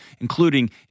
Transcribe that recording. including